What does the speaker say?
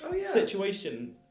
Situation